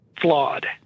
flawed